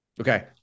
Okay